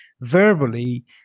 verbally